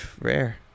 Rare